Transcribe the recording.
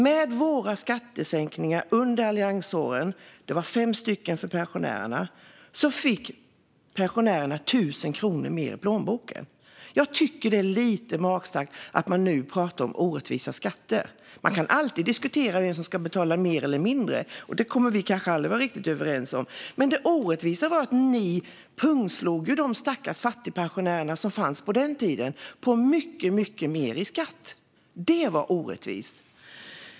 Med våra skattesänkningar under alliansåren - det var fem stycken för pensionärerna - fick pensionärerna 1 000 kronor mer i plånboken. Jag tycker att det är lite magstarkt att man nu pratar om orättvisa skatter. Man kan alltid diskutera vem som ska betala mer eller mindre, och det kommer vi kanske aldrig att vara riktigt överens om. Men det orättvisa var att ni pungslog de stackars fattigpensionärer som fanns på den tiden. Det fick betala mycket mer i skatt. Det var orättvist.